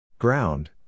Ground